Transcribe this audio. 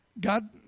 God